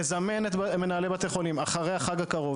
לזמן את מנהלי בתי חולים אחרי החג הקרוב,